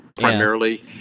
primarily